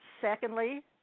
Secondly